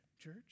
church